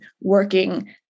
working